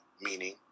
meaning